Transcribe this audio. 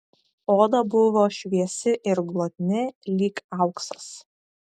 oda buvo šviesi ir glotni lyg auksas